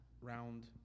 Round